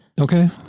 Okay